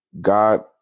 God